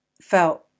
felt